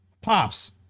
Pops